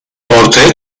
ortaya